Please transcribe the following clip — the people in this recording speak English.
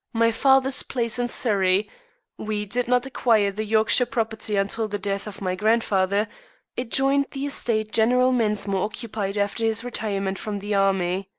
my father's place in surrey we did not acquire the yorkshire property until the death of my grandfather adjoined the estate general mensmore occupied after his retirement from the army.